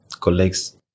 colleagues